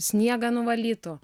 sniegą nuvalytų